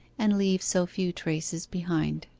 and leave so few traces behind.